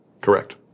Correct